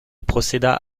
procéda